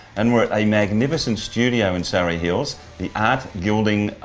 and we're at a magnificent studio in surry hills the art gilding,